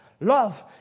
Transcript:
Love